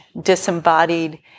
disembodied